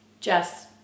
Jess